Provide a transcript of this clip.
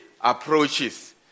approaches